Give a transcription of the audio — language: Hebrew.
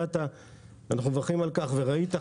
אנחנו מברכים על כך שהגעת,